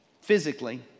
physically